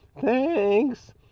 thanks